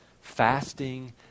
fasting